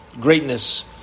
greatness